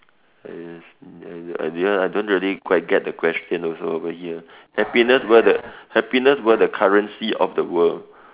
I didn't I don't really quite get the question also over here happiness were the happiness were the currency of the world